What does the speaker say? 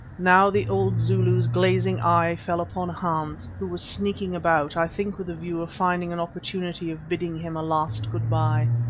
now the old zulu's glazing eye fell upon hans, who was sneaking about, i think with a view of finding an opportunity of bidding him a last good-bye.